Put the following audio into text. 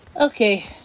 Okay